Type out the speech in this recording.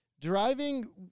Driving